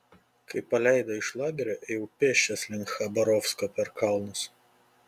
kai paleido iš lagerio ėjau pėsčias link chabarovsko per kalnus